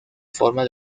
forma